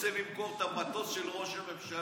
רוצה למכור את המטוס של ראש הממשלה.